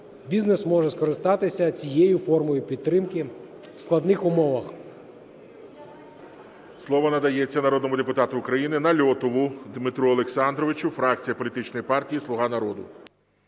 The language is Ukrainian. бізнес може скористатися цією формою підтримки у складних умовах. ГОЛОВУЮЧИЙ. Слово надається народному депутату України Нальотову Дмитру Олександровичу, фракція політичної партії "Слуга народу".